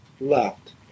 left